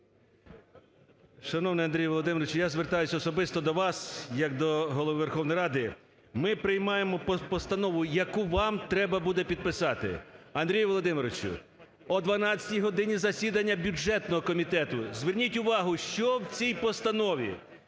Шановний Андрій Володимирович, я звертаюсь особисто до вас як до Голови Верховної Ради. Ми приймаємо постанову, яку вам треба буде підписати. Андрію Володимировичу, о 12 годині засідання бюджетного комітету, зверніть увагу, що в цій постанові.